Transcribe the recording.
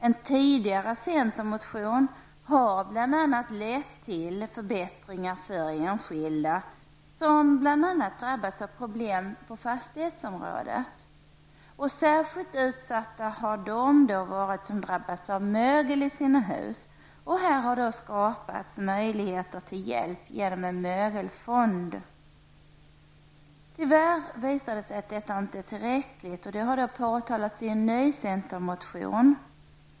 En tidigare centermotion har lett till förbättringar för enskilda som drabbats av problem bl.a. inom fastighetsområdet. Särskilt utsatta är de som drabbats av mögel i sina hus. Här har skapats möjligheter till hjälp genom en mögelfond. Tyvärr visar det sig att detta inte är tillräckligt. Det har påtalats i en ny centermotion.